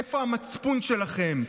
איפה המצפון שלכם?